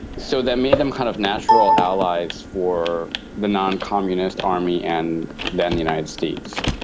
so that made them kind of natural allies for the non-communist army and then the united states.